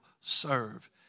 serve